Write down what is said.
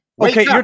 Okay